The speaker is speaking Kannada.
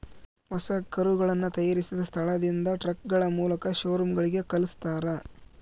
ಹೊಸ ಕರುಗಳನ್ನ ತಯಾರಿಸಿದ ಸ್ಥಳದಿಂದ ಟ್ರಕ್ಗಳ ಮೂಲಕ ಶೋರೂಮ್ ಗಳಿಗೆ ಕಲ್ಸ್ತರ